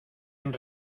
han